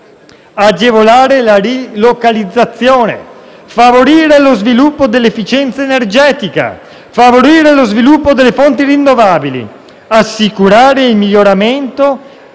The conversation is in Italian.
agevolare la rilocalizzazione, favorire lo sviluppo dell'efficienza energetica, favorire lo sviluppo delle fonti rinnovabili, assicurare l'adeguamento